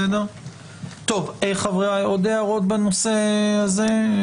יש עוד הערות בנושא הזה?